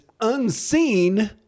unseen